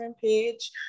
page